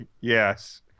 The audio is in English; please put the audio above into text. Yes